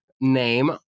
name